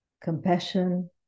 compassion